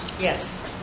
Yes